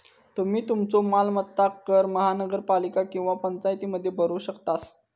तुम्ही तुमचो मालमत्ता कर महानगरपालिका किंवा पंचायतीमध्ये भरू शकतास